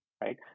right